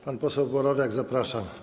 Pan poseł Borowiak, zapraszam.